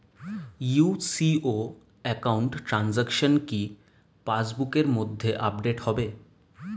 UCO account transaction কি pass বুকের মধ্যে আপডেট হবে?